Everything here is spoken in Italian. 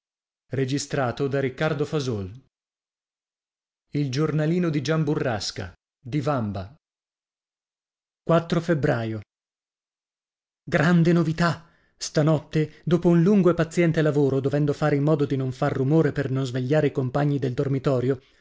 farei dimenticare il babbo e o e febbraio grande novità stanotte dopo un lungo e paziente lavoro dovendo fare in modo di non far rumore per non svegliare i compagni del dormitorio